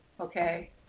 okay